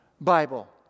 Bible